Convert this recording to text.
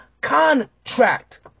Contract